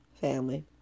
family